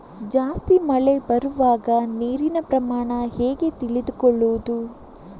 ಜಾಸ್ತಿ ಮಳೆ ಬರುವಾಗ ನೀರಿನ ಪ್ರಮಾಣ ಹೇಗೆ ತಿಳಿದುಕೊಳ್ಳುವುದು?